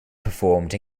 performed